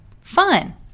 Fun